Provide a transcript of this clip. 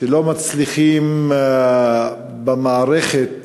שלא מצליחים במערכת